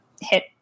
hit